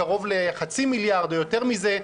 קרוב לחצי מיליארד או יותר מזה,